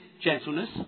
gentleness